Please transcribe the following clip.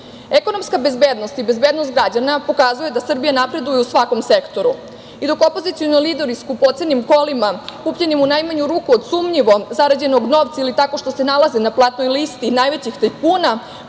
Bugarsku. Ekonomska bezbednost i bezbednost građana pokazuje da Srbija napreduje u svakom sektoru. Dok opozicioni lideri skupocenim kolima, kupljenim u najmanju ruku od sumnjivo zarađenog novca ili tako što se nalaze na platnoj listi najvećih tajkuna,